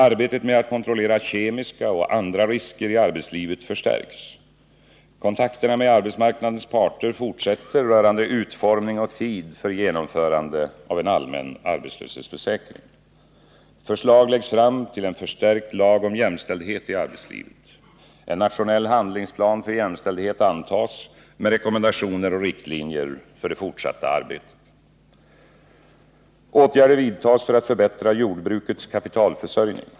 Arbetet med att kontrollera kemiska och andra risker i arbetslivet förstärks. Kontakterna med arbetsmarknadens parter fortsätter rörande utformning och tid för genomförande av en allmän arbetslöshetsförsäkring. Förslag läggs fram till en förstärkt lag om jämställdhet i arbetslivet. En nationell handlingsplan för jämställdhet antas, med rekommendationer och riktlinjer för det fortsatta arbetet. Åtgärder vidtas för att förbättra jordbrukets kapitalförsörjning.